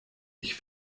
ich